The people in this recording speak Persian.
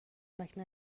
نمکـ